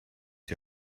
die